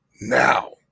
Now